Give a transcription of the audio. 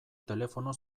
telefono